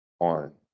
on